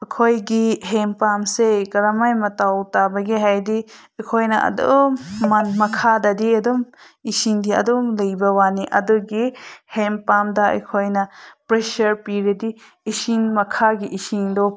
ꯑꯩꯈꯣꯏꯒꯤ ꯍꯦꯟꯄꯝꯁꯦ ꯀꯔꯝꯃꯥꯏꯅ ꯃꯊꯧ ꯇꯥꯒꯦ ꯍꯥꯏꯔꯗꯤ ꯑꯩꯈꯣꯏꯅ ꯑꯗꯨꯝ ꯃꯈꯥꯗꯗꯤ ꯑꯗꯨꯝ ꯏꯁꯤꯡꯗꯤ ꯑꯗꯨꯝ ꯂꯩꯕ ꯋꯥꯅꯤ ꯑꯗꯨꯒꯤ ꯍꯦꯟꯄꯝꯗ ꯑꯩꯈꯣꯏꯅ ꯄ꯭ꯔꯦꯁꯔ ꯄꯤꯔꯗꯤ ꯏꯁꯤꯡ ꯃꯈꯥꯒꯤ ꯏꯁꯤꯡꯗꯣ